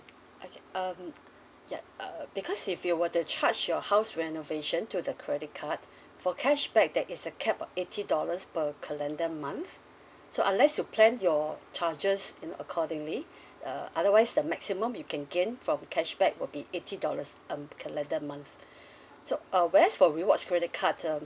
okay um yeah uh because if you were to charge your house renovation to the credit card for cashback there is a cap of eighty dollars per calendar month so unless you plan your charges you know accordingly uh otherwise the maximum you can gain from cashback will be eighty dollars a mm calendar month so uh whereas for rewards credit card uh